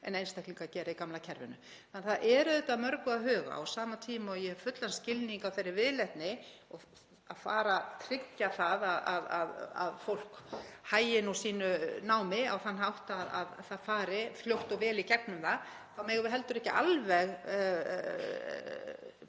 en einstaklingar gera í gamla kerfinu þannig að það er auðvitað að mörgu að huga. Á sama tíma og ég hef fullan skilning á þeirri viðleitni að tryggja það að fólk hagi sínu námi á þann hátt að það fari fljótt og vel í gegnum það, þá megum við heldur ekki alveg